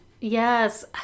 Yes